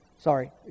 sorry